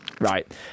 Right